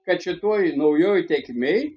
kad šitoj naujoj tėkmėj